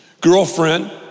girlfriend